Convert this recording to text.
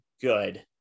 good